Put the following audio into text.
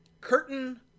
Curtain